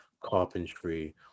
carpentry